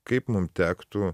kaip mum tektų